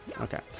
okay